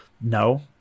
no